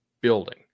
building